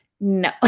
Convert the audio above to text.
No